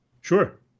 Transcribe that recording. Sure